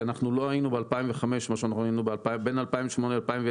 כי אנחנו לא היינו ב-2005 כמו שאנחנו היינו בין 2008 ל-2010.